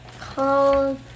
called